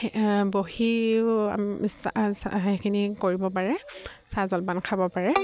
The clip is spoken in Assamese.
বহিও আমি সেইখিনি কৰিব পাৰে চাহ জলপান খাব পাৰে